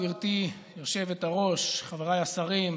גברתי היושבת-ראש, חבריי השרים,